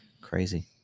crazy